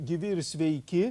gyvi ir sveiki